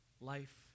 Life